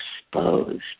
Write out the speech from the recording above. exposed